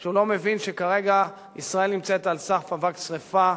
שהוא לא מבין שכרגע ישראל נמצאת על שק אבק שרפה,